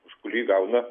už kurį gauna